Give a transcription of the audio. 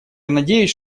надеюсь